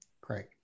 Great